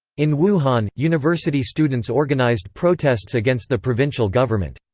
in wuhan, university students organized protests against the provincial government.